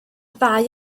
ddau